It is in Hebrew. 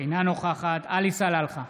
אינה נוכחת עלי סלאלחה,